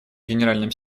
генеральным